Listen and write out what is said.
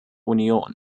union